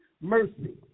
mercy